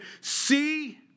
See